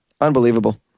Unbelievable